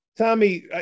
Tommy